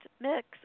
mix